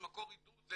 זה מקור עידוד,